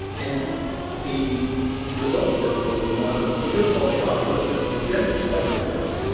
and the results were were remarkable. so first of all, the shopkeepers were were generally quite generous.